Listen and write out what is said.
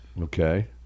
Okay